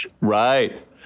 Right